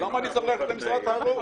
למה אני צריך ללכת למשרד התיירות?